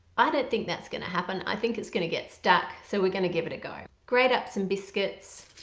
i don't think that's going to happen i think it's gonna get stuck so we're going to give it a go. grate up some biscuits